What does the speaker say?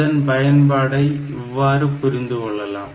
இதன் பயன்பாடை இவ்வாறு புரிந்து கொள்ளலாம்